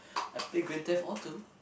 I play Grand Theft Auto